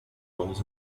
roles